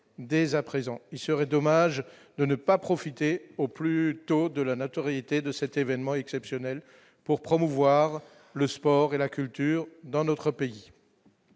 il serait dommage de ne pas profiter au plus tôt de la notoriété de cet événement exceptionnel pour promouvoir le sport et la culture dans notre pays,